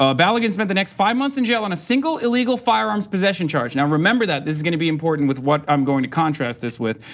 ah balogun spent the next five months in jail on a single illegal firearms position charge. now remember that, this is gonna be important with what i'm going to contrast this with.